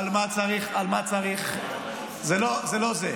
על מה צריך, זה לא זה.